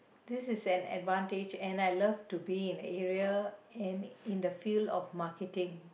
this is an advantage and I love to be in area and in the field of marketing